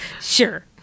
sure